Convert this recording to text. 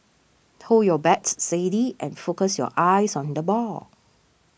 hold your bat steady and focus your eyes on the ball